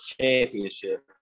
championship